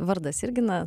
vardas irgi na